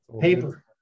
Paper